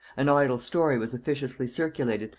an idle story was officiously circulated,